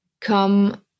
come